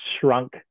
shrunk